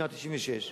בשנת 1996,